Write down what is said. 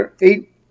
eight